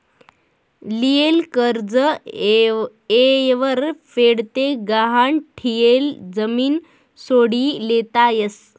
लियेल कर्ज येयवर फेड ते गहाण ठियेल जमीन सोडी लेता यस